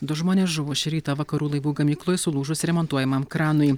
du žmonės žuvo šį rytą vakarų laivų gamykloj sulūžus remontuojamam kranui